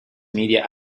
media